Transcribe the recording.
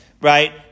right